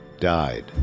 died